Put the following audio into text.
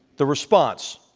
the response,